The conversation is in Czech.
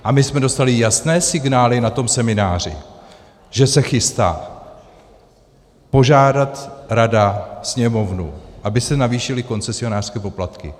A my jsme dostali jasné signály na tom semináři, že se rada chystá požádat Sněmovnu, aby se navýšily koncesionářské poplatky.